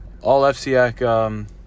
All-FCAC